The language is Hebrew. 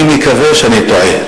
אני מקווה שאני טועה.